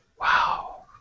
Wow